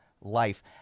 life